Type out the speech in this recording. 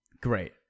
Great